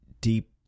deep